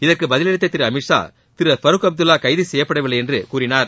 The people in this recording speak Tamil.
இதற்கு பதிலளித்த திரு அமித் ஷா திரு ஃபருக் அப்துல்லா கைது செய்யப்படவில்லை என்று கூறினார்